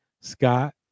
Scott